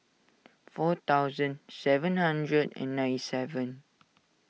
four thousand seven hundred and ninety seven